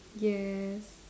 yes